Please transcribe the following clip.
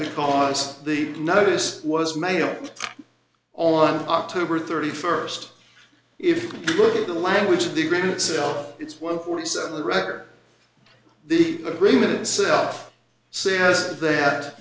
because the notice was mailed on october thirty first if you look at the language of the agreement itself it's one forty seven the record the agreement itself says that